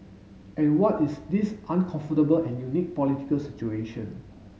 and what is this uncomfortable and unique political situation